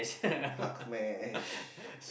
hulk smash